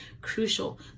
crucial